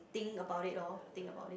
think about it loh think about it